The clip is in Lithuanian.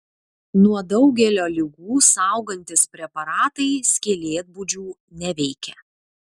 nuo daugelio ligų saugantys preparatai skylėtbudžių neveikia